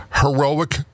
heroic